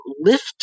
lift